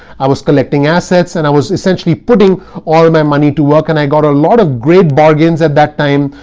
i was collecting assets, and i was essentially putting all my money to work. and i got a lot of great bargains at that time.